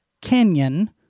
canyon